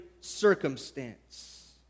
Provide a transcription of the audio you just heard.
circumstance